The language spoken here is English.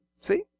See